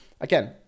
again